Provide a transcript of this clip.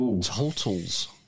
totals